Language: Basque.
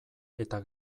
eta